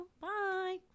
Bye